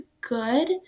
good